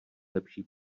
lepší